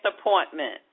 appointment